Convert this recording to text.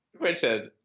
Richard